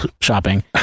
shopping